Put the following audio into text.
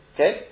Okay